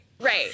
Right